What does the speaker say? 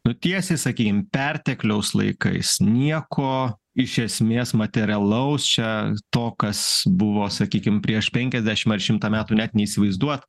nu tiesiai sakykim pertekliaus laikais nieko iš esmės materialaus čia to kas buvo sakykim prieš penkiasdešim ar šimtą metų net neįsivaizduot